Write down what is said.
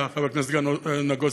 חבר הכנסת נגוסה,